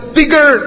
bigger